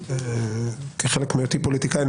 כחלק מהיותי פוליטיקאי,